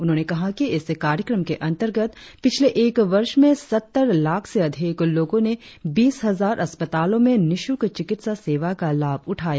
उन्होंने कहा कि इस कार्यक्रम के अंतर्गत पिछले एक वर्ष में सत्तर लाख से अधिक लोगों ने बीस हजार अस्पतालों में निशुल्क चिकित्सा सेवा का लाभ उठाया